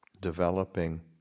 developing